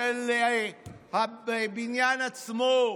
של הבניין עצמו.